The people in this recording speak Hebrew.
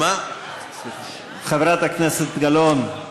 חברת הכנסת גלאון,